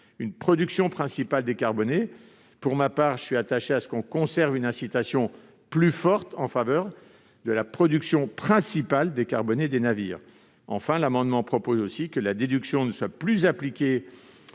une production principale décarbonée. Pour ma part, je suis attaché à ce que l'on conserve une incitation plus forte en faveur de la production principale décarbonée des navires. Enfin, l'amendement propose aussi que la déduction ne soit plus appliquée